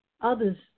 others